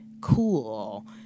cool